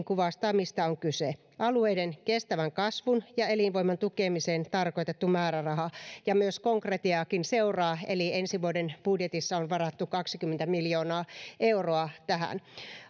kuvastaa mistä on kyse alueiden kestävän kasvun ja elinvoiman tukemiseen tarkoitettu määräraha myös konkretiaakin seuraa eli ensi vuoden budjetissa on varattu kaksikymmentä miljoonaa euroa tähän